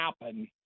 happen